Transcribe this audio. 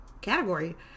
category